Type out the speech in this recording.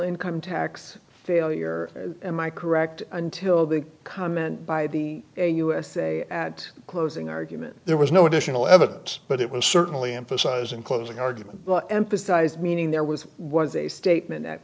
income tax failure in my correct until the comment by the usa at closing argument there was no additional evidence but it was certainly emphasize in closing argument well emphasized meaning there was was a statement that